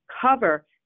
cover